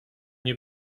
nie